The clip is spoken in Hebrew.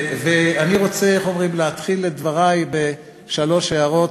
ואני רוצה, איך לומר, להתחיל את דברי בשתי הערות.